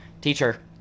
teacher